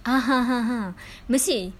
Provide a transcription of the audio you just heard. ah mesti